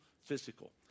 physical